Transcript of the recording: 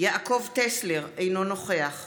יעקב טסלר, אינו נוכח